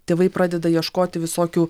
tėvai pradeda ieškoti visokių